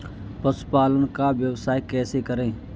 पशुपालन का व्यवसाय कैसे करें?